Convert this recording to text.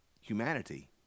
humanity